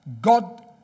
God